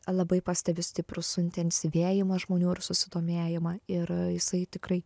labai pastebiu stiprų suintensyvėjimą žmonių ir susidomėjimą ir jisai tikrai